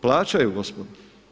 Plaćaju gospodo.